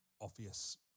obvious